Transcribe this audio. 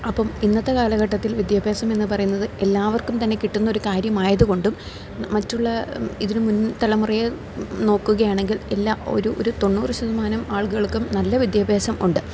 അപ്പോള് ഇന്നത്തെ കാലഘട്ടത്തിൽ വിദ്യാഭ്യാസം എന്നു പറയുന്നത് എല്ലാവർക്കും തന്നെ കിട്ടുന്ന ഒരു കാര്യമായതുകൊണ്ടും ഇതിനു മുൻ തലമുറയെ നോക്കുകയാണെങ്കിൽ എല്ലാ ഒരു തൊണ്ണൂറ് ശതമാനം ആളുകൾക്കും നല്ല വിദ്യാഭ്യാസം ഉണ്ട്